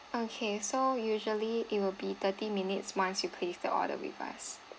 okay so usually it will be thirty minutes once you place the order with us